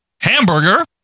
hamburger